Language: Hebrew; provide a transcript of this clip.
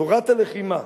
תורת הלחימה,